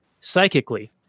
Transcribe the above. psychically